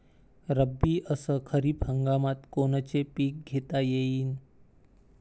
रब्बी अस खरीप हंगामात कोनचे पिकं घेता येईन?